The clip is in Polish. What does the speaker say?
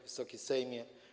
Wysoki Sejmie!